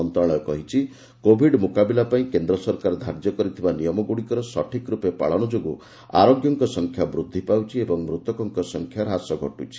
ମନ୍ତ୍ରଣାଳୟ କହିଛି କୋବିଡ ମୁକାବିଲା ପାଇଁ କେନ୍ଦ୍ର ସରକାର ଧାର୍ଯ୍ୟ କରିଥିବା ନିୟମଗୁଡ଼ିକର ସଠିକ୍ ରୂପେ ପାଳନ ଯୋଗୁଁ ଆରୋଗ୍ୟ ଲୋକମାନଙ୍କ ସଂଖ୍ୟା ବୃଦ୍ଧି ପାଉଛି ଓ ମୃତ୍ୟୁବରଣ କରୁଥିବା ଲୋକମାନଙ୍କ ସଂଖ୍ୟାରେ ହ୍ରାସ ଘଟୁଛି